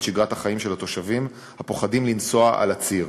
שגרת החיים של התושבים הפוחדים לנסוע על הציר.